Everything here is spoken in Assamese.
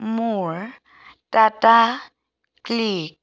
মোৰ টাটা ক্লিকত